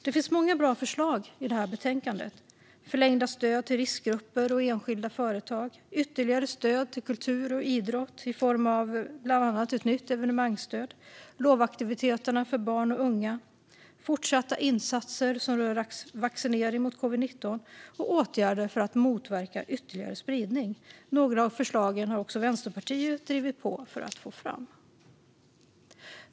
Det finns många bra förslag i det här betänkandet: förlängda stöd till riskgrupper och enskilda företag, ytterligare stöd till kultur och idrott i form av bland annat ett nytt evenemangsstöd, lovaktiviteterna för barn och unga, fortsatta insatser som rör vaccinering mot covid-19 och åtgärder för att motverka ytterligare spridning. Några av förslagen har också Vänsterpartiet drivit på för att få fram.